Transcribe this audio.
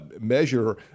measure